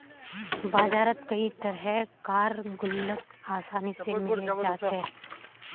बजारत कई तरह कार गुल्लक आसानी से मिले जा छे